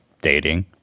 dating